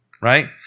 right